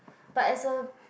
but as a